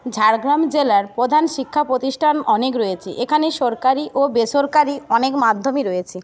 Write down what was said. ঝাড়গ্রাম জেলার প্রধান শিক্ষা প্রতিষ্ঠান অনেক রয়েছে এখানে সরকারি ও বেসরকারি অনেক মাধ্যমই রয়েছে